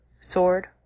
Sword